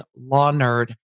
LawNerd